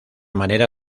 manera